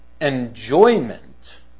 enjoyment